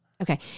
Okay